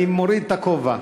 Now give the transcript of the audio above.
אני מוריד את הכובע.